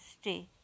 stay